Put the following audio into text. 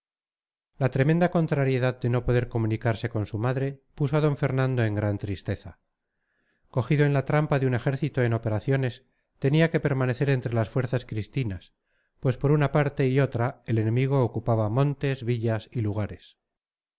la tremenda contrariedad de no poder comunicarse con su madre puso a d fernando en gran tristeza cogido en la trampa de un ejército en operaciones tenía que permanecer entre las fuerzas cristinas pues por una parte y otra el enemigo ocupaba montes villas y lugares